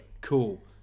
Cool